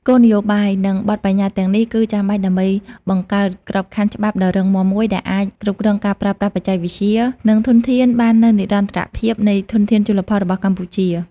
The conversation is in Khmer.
គោលនយោបាយ និងបទប្បញ្ញត្តិទាំងនេះ គឺចាំបាច់ដើម្បីបង្កើតក្របខណ្ឌច្បាប់ដ៏រឹងមាំមួយ ដែលអាចគ្រប់គ្រងការប្រើប្រាស់បច្ចេកវិទ្យា និងធានាបាននូវនិរន្តរភាពនៃធនធានជលផលរបស់កម្ពុជា។